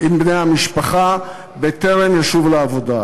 עם בני המשפחה בטרם ישוב לעבודה.